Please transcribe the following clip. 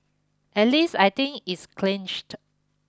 at least I think it's clenched